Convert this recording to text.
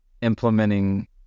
implementing